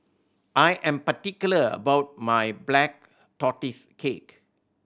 I am particular about my Black Tortoise Cake